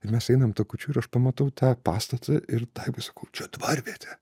ir mes einam takučiu ir aš pamatau tą pastatą ir taip sakau čia dvarvietė